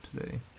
today